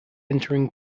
entering